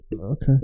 Okay